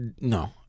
No